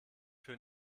für